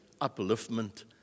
upliftment